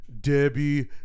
Debbie